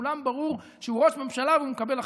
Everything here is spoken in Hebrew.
לכולם ברור שהוא ראש ממשלה והוא מקבל החלטות.